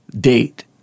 date